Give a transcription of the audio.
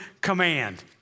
command